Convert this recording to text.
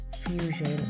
fusion